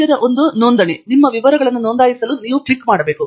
ಮಧ್ಯದ ಒಂದು ನೋಂದಣಿ ನಿಮ್ಮ ವಿವರಗಳನ್ನು ನೋಂದಾಯಿಸಲು ನೀವು ಕ್ಲಿಕ್ ಮಾಡಬೇಕು